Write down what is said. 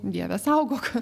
dieve saugok